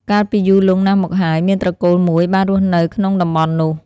កាលពីយូរលង់ណាស់មកហើយ មានត្រកូលមួយបានរស់នៅក្នុងតំបន់នោះ។